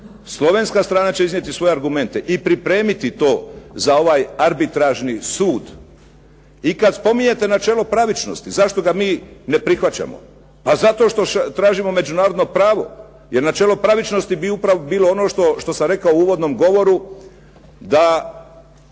slovenska strana će iznijeti svoje argumente i pripremiti to za ovaj Arbitražni sud. I kad spominjete načelo pravičnosti zašto ga mi ne prihvaćamo. Zato je tražimo međunarodno pravo jer načelo pravičnosti bi upravo bilo ono što sam rekao u uvodnom govoru da